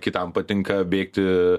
kitam patinka bėgti